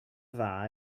dda